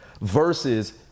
Versus